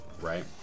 right